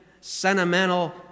sentimental